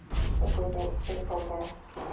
stick with it, stay focused.